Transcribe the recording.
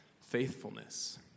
faithfulness